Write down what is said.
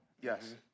Yes